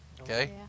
okay